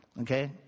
Okay